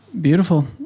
Beautiful